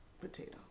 potato